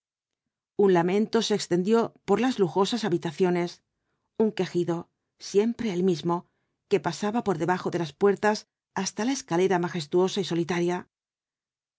un lamento se extendió por las lujosas habitaciones un quejido siempre el mismo que pasaba por debajo de las puertas hasta la escalera majestuosa y solitaria